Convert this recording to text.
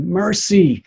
mercy